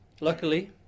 Luckily